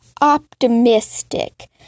optimistic